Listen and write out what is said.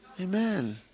Amen